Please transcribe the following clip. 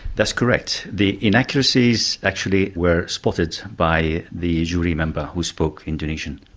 that's correct. the inaccuracies actually were spotted by the jury member who spoke indonesian.